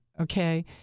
okay